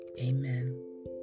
Amen